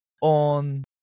on